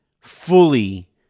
fully